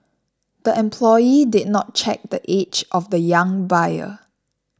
the employee did not check the age of the young buyer